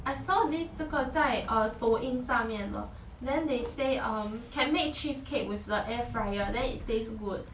I saw this 这个在 uh 抖音上面的 then they say um can make cheesecake with the air fryer then it tastes good